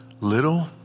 little